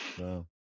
Wow